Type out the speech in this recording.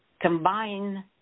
combine